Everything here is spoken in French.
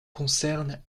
concernent